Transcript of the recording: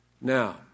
Now